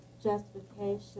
Justification